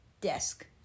Desk